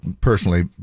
personally